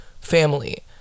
family